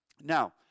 Now